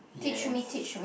yes